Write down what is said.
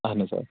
اَہَن حظ آ